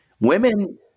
Women